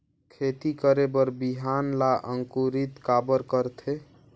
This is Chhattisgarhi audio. खेती करे बर बिहान ला अंकुरित काबर करथे?